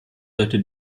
sollte